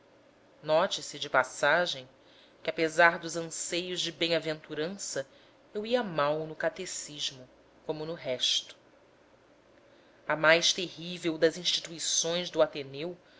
note-se de passagem que apesar dos anseios de bemaventurança eu ia mal no catecismo como no resto a mais terrível das instituições do ateneu